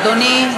אדוני,